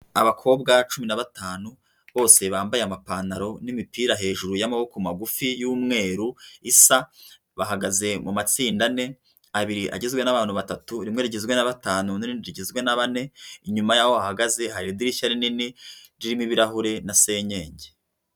Abakobwa cumi na batanu bose bambaye amapantaro n'imipira hejuru y'amaboko magufi y'umweru isa, bahagaze mu matsinda ane, abiri agizwe n'abantu batatu, rimwe rigizwe na batanu, irindi rigizwe na bane, inyuma y'aho bahagaze hari idirishya rinini ririmo ibirahure na senkenge.